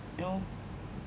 you know